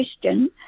question